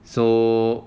so